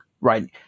right